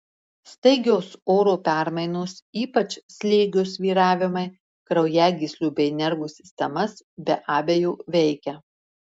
staigios oro permainos ypač slėgio svyravimai kraujagyslių bei nervų sistemas be abejo veikia